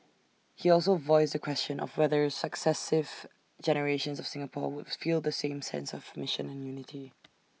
he also voiced the question of whether successive generations of Singapore would feel the same sense of mission and unity